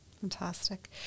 Fantastic